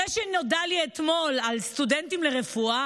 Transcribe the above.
נודע לי אתמול על מקרה שבו נאמר לסטודנטים לרפואה